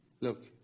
look